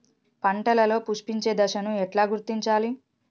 పంటలలో పుష్పించే దశను ఎట్లా గుర్తించాలి?